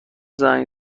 زنگ